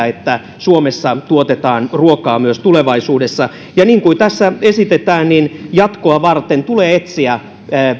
että suomessa tuotetaan ruokaa myös tulevaisuudessa ja niin kuin tässä esitetään jatkoa varten tulee etsiä